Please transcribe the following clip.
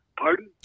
Pardon